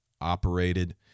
operated